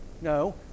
No